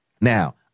Now